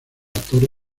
torre